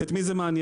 את מי זה מעניין?